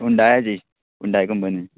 हुंडायाची Hyundai company